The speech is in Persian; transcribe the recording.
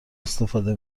استفاده